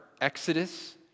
Exodus